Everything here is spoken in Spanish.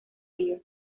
río